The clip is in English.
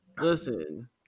Listen